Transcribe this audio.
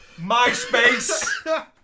MySpace